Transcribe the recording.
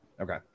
Okay